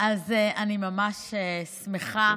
אני ממש שמחה.